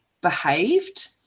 behaved